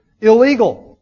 illegal